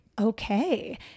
okay